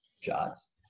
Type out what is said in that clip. shots